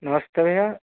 नमस्ते भैया